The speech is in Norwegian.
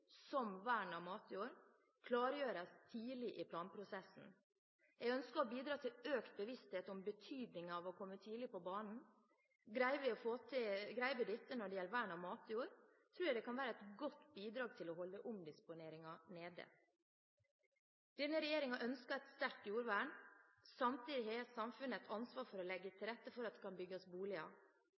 som vern av matjord, klargjøres tidlig i planprosessen. Jeg ønsker å bidra til økt bevissthet om betydningen av å komme tidlig på banen. Greier vi dette når det gjelder vern av matjord, tror jeg det kan være et godt bidrag til å holde omdisponeringen nede. Denne regjeringen ønsker et sterkt jordvern. Samtidig har samfunnet et ansvar for å legge til rette for at det kan bygges boliger.